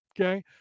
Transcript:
Okay